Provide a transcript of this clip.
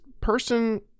person